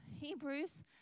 Hebrews